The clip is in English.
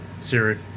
Siri